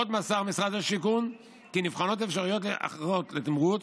עוד מסר המשרד כי נבחנות אפשרויות אחרות לתמרוץ,